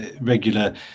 Regular